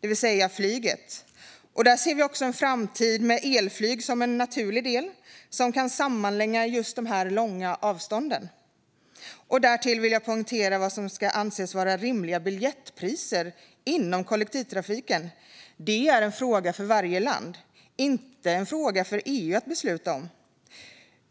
det vill säga flyget. Där ser vi också en framtid med elflyg som ett naturligt sätt att sammanlänka de långa avstånden. Därtill vill jag poängtera vad som ska anses vara rimliga biljettpriser inom kollektivtrafiken. Det är en fråga för varje land och inte en fråga för EU att besluta om.